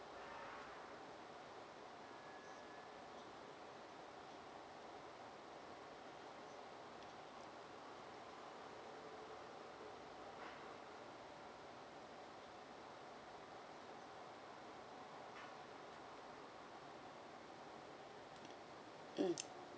mm